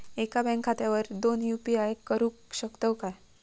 एका बँक खात्यावर दोन यू.पी.आय करुक शकतय काय?